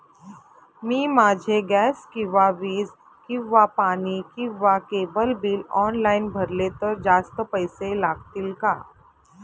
मी माझे गॅस किंवा वीज किंवा पाणी किंवा केबल बिल ऑनलाईन भरले तर जास्त पैसे लागतील का?